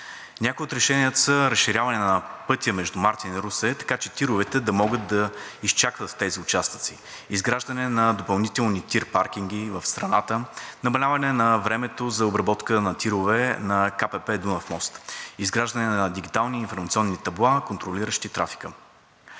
Някои от решенията са: разширяване на пътя между Мартен и Русе, така че тировете да могат да изчакват в тези участъци; изграждане на допълнителни тирпаркинги в страната; намаляване на времето за обработка на тировете на КПП „Дунав мост“; изграждане на дигитални информационни табла, контролиращи трафика.